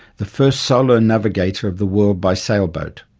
the first solo navigator of the world by sail boat.